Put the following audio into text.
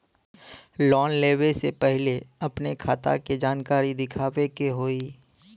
Loan लेवे से पहिले अपने खाता के जानकारी दिखावे के होई?